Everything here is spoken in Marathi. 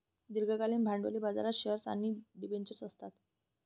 दीर्घकालीन भांडवली बाजारात शेअर्स आणि डिबेंचर्स असतात